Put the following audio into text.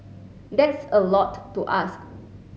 that's a lot to ask